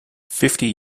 fifty